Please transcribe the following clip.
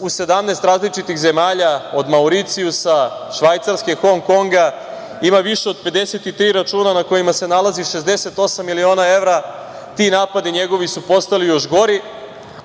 u 17 različitih zemalja, od Mauricijusa, Švajcarske, Hong Konga, ima više od 53 računa na kojima se nalazi 68 miliona evra, ti napadi njegovi su postali još gori,